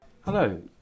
Hello